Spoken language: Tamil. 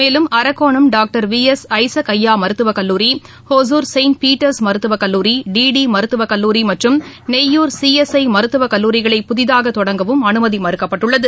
மேலும் Arakkonam doctor V S Isaac ஐயா மருத்துவக்கல்லூரி ஒசூர் செயின்ட் பீட்டர்ஸ் மருத்துவக்கல்லூரி டி டி மருத்துவக்கல்லூரி மற்றும் நெய்யூர் சி எஸ் ஐ மருத்துவக்கல்லூரிகளை புதிதாக தொடங்கவும் அனுமதி மறுக்கப்பட்டுள்ளது